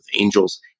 angels